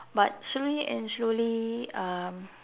but slowly and slowly um